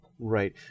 Right